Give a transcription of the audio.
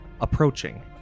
approaching